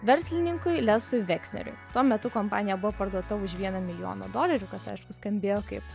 verslininkui lesui veksneriui tuo metu kompanija buvo parduota už vieną milijoną dolerių kas aišku skambėjo kaip